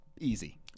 Easy